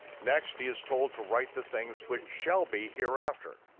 next he is told to write the things which shall be hereafter.